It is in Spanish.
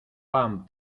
pan